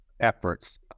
efforts